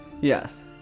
Yes